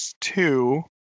two